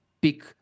pick